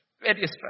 Various